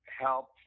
help